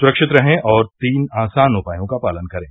सुरक्षित रहें और तीन आसान उपायों का पालन करें